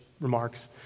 remarks